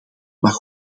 mag